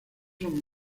son